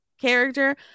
character